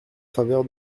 faveur